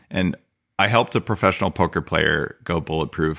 and i helped a professional poker player go bulletproof